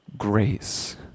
grace